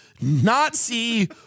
Nazi